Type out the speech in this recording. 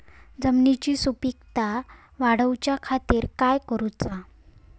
जमिनीची सुपीकता वाढवच्या खातीर काय करूचा?